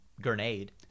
grenade